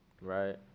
Right